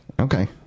Okay